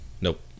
Nope